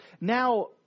now